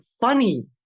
funny